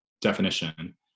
definition